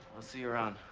i'll see you around.